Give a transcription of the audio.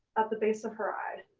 at the base of her eye,